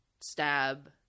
stab